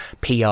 PR